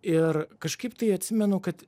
ir kažkaip tai atsimenu kad